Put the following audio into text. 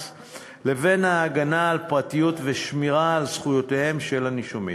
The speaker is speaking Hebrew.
לבין הגנה על פרטיות ושמירה על זכויותיהם של הנישומים.